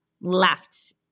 left